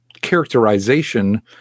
characterization